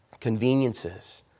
conveniences